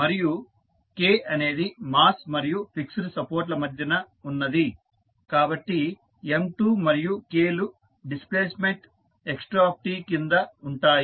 మరియు K అనేది mass మరియు ఫిక్స్డ్ సపోర్ట్ ల మధ్యన ఉన్నది కాబట్టి M2 మరియు K లు డిస్ప్లేస్మెంట్ x2 కింద ఉంటాయి